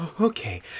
okay